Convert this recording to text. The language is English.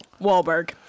Wahlberg